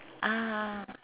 ah